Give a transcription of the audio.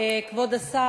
כבוד השר,